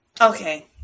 Okay